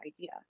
idea